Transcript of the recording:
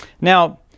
Now